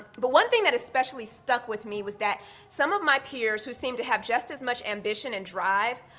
but one thing that especially stuck with me was that some of my peers who seem to have just as much ambition and drive,